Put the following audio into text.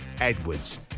Edwards